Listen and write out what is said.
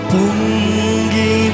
Pungi